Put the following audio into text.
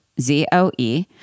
Z-O-E